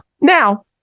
Now